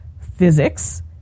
physics